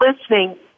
listening